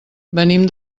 venim